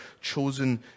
chosen